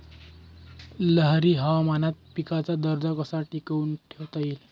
लहरी हवामानात पिकाचा दर्जा कसा टिकवून ठेवता येईल?